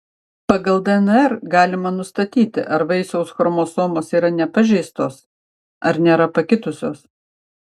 pagal dnr galima nustatyti ar vaisiaus chromosomos yra nepažeistos ar nėra pakitusios